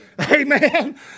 Amen